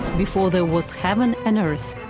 before there was heaven and earth,